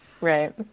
Right